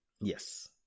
Yes